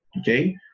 Okay